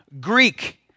Greek